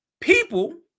people